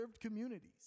communities